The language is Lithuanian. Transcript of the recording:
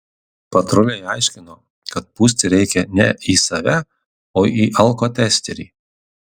patruliai aiškino kad pūsti reikia ne į save o į alkotesterį